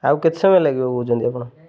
ଆଉ କେତେ ସମୟ ଲାଗିବ କହୁଛନ୍ତି ଆପଣ